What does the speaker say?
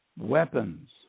weapons